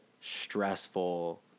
stressful